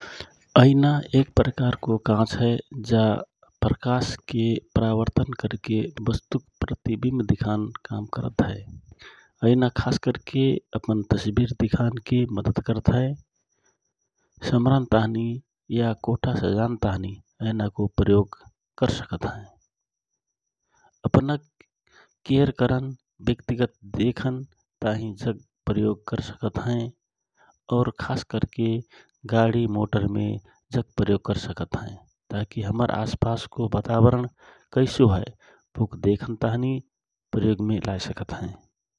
एना एक प्रकारको काँच हए जा प्रकाशके परावर्तन करके बस्तुक प्रतिविम्ब दिखान काम करत हए । एना खास करके अपन तस्वर दिखान के मद्दत करत हए । समरन ताँहि या कोठा सजान ताँहि एनको प्रयोग कर सकत हए । अपनक केयर करन ब्यक्तिगत देखन ताँहि जक प्रयोग कर सकत हए । अउर खास करके गाडि, मोटर मे जक प्रयोग करसकत हए ताकि हमर असपास को वातावरण कैसो हए बुक देखन ताँहि प्रयोगमे लाए सकत हए ।